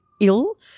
ill